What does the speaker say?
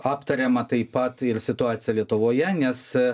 aptariama taip pat ir situacija lietuvoje nes